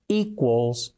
equals